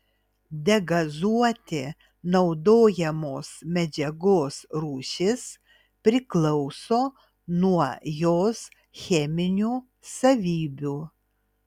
degazuoti naudojamos medžiagos rūšis priklauso nuo jos cheminių savybių